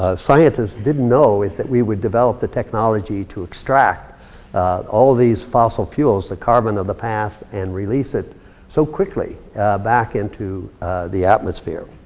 ah scientists didn't know is that we would develop the technology to extract all these fossil fuels, the carbon of the past, and release it so quickly back into the atmosphere.